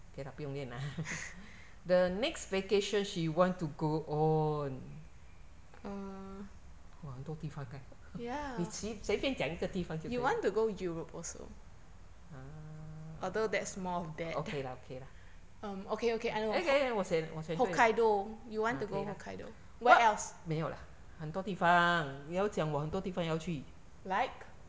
okay lah 不用念啦 the next vacation she want to go on !wah! 很多地方 eh 你随随便讲一个地方就可以:ni sui bian jiang yi ge di fang jiu ke yi err okay lah okay lah eh eh eh 我选我选对了啊可以啦:wo xuan dui liao a ke yi la 没有了很多地方你要讲我有很多地方要去